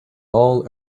all